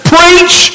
Preach